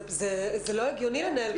זה לא הגיוני לנהל ככה דיון.